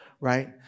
Right